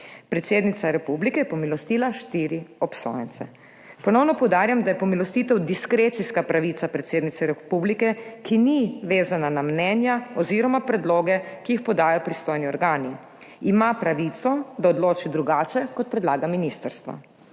predsednica republike je pomilostila štiri obsojence. Ponovno poudarjam, da je pomilostitev diskrecijska pravica predsednice republike, ki ni vezana na mnenja, oz. predloge, ki jih podajo pristojni organi - ima pravico, da odloči drugače, kot predlaga ministrstvo.